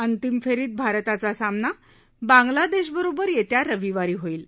अंतिम फेरीत भारताचा सामना बांग्लादेशबरोबर येत्या रविवारी होईल